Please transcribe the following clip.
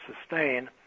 sustain